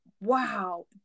wow